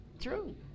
True